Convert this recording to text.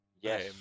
Yes